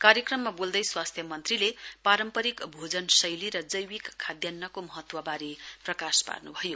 कार्यक्रममा बोल्दै स्वास्थ्य मन्त्रीले पारम्परिक भोजन शैली र जैविक खाद्यान्नको महत्वबारे प्रकाश पार्न्भयो